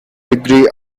degrees